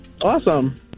Awesome